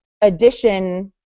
addition